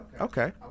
Okay